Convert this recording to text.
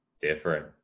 different